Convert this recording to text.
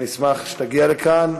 נשמח אם תגיע לכאן.